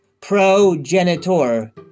progenitor